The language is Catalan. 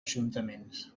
ajuntaments